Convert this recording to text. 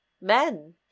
men